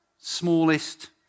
smallest